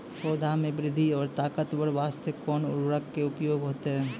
पौधा मे बृद्धि और ताकतवर बास्ते कोन उर्वरक के उपयोग होतै?